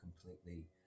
completely